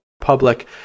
Public